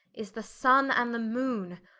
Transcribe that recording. is the sunne and the moone,